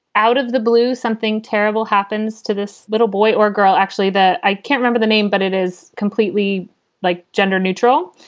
out of the blue, something terrible happens to this little boy or girl, actually, that i can't remember the name, but it is completely like gender neutral,